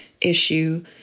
issue